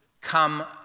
come